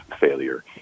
failure